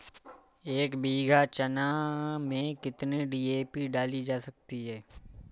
एक बीघा चना में कितनी डी.ए.पी डाली जा सकती है?